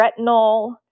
retinol